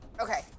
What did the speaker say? Okay